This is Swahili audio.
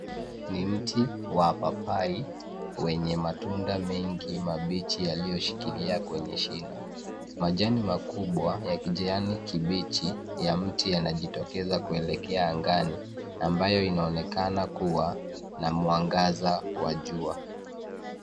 Ni mti wa papai wenye matunda mengi mabichi yaliyo shikilia kwenye shina. Majani makubwa ya kijani kibichi ya mti yanajitokeza kuelekea angani ambayo inaonekana kuwa na mwangaza wa jua.